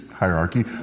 hierarchy